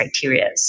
criteria